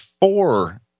four